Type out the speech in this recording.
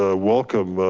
ah welcome